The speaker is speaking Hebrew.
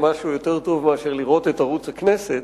משהו יותר טוב מאשר לראות את ערוץ הכנסת.